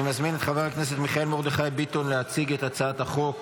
אני מזמין את חבר הכנסת מיכאל מרדכי ביטון להציג את הצעת החוק.